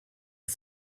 ist